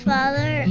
Father